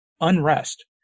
unrest